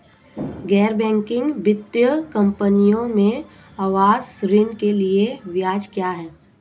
गैर बैंकिंग वित्तीय कंपनियों में आवास ऋण के लिए ब्याज क्या है?